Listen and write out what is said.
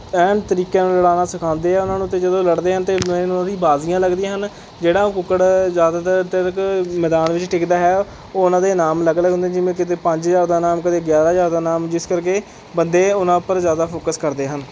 ਐਨ ਤਰੀਕਿਆਂ ਨਾਲ ਲੜਾਉਣਾ ਸਿਖਾਉਂਦੇ ਹੈ ਉਨ੍ਹਾਂ ਨੂੰ ਅਤੇ ਜਦੋਂ ਉਹ ਲੜਦੇ ਹਨ ਅਤੇ ਐਨ ਉਨ੍ਹਾਂ ਦੀਆਂ ਬਾਜ਼ੀਆਂ ਲੱਗਦੀਆਂ ਹਨ ਜਿਹੜਾ ਕੁੱਕੜ ਜ਼ਿਆਦਾਤਰ ਤੱਕ ਮੈਦਾਨ ਵਿੱਚ ਟਿੱਕਦਾ ਹੈ ਉਹ ਉਨ੍ਹਾਂ ਦੇ ਇਨਾਮ ਅਲੱਗ ਅਲੱਗ ਹੁੰਦੇ ਜਿਵੇਂ ਕਿਸੇ ਦੇ ਪੰਜ ਹਜ਼ਾਰ ਦਾ ਇਨਾਮ ਕਦੇ ਗਿਆਰ੍ਹਾਂ ਹਜ਼ਾਰ ਦਾ ਇਨਾਮ ਜਿਸ ਕਰਕੇ ਬੰਦੇ ਉਨ੍ਹਾਂ ਉੱਪਰ ਜ਼ਿਆਦਾ ਫੋਕਸ ਕਰਦੇ ਹਨ